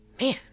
Man